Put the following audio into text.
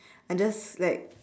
I just like